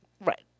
Right